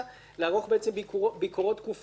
לערוך ביקורות תקופתיות.